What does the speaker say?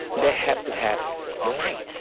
they have to have light.